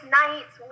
nights